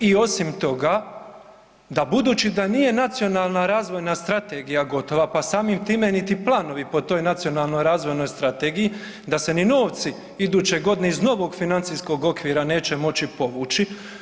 I osim toga, da budući da nije Nacionalna razvojna strategija gotova, pa samim time niti planovi po toj Nacionalnoj razvojnoj strategiji, da se ni novci iduće godine iz novog financijskog okvira neće moći povući.